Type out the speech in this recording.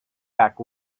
back